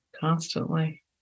constantly